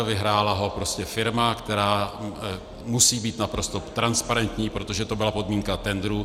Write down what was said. Vyhrála ho firma, která musí být naprosto transparentní, protože to byla podmínka tendru.